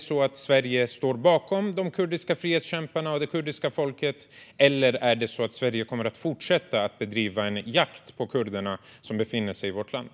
Står Sverige bakom de kurdiska frihetskämparna och det kurdiska folket, eller kommer Sverige att fortsätta bedriva en jakt på kurder som befinner sig i vårt land?